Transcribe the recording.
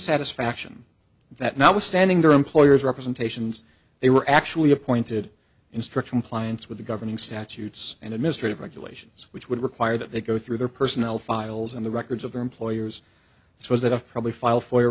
satisfaction that notwithstanding their employers representations they were actually appointed instruction clients with the governing statutes and administrative regulations which would require that they go through their personnel files and the records of their employers so as that of probably file fo